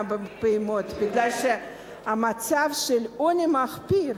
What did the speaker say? אני לא מאמינה בפעימות מפני שהמצב של העוני מחפיר,